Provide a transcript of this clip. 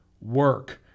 work